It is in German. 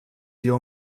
hier